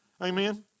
Amen